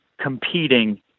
competing